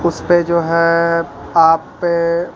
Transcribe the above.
اس پہ جو ہے آپ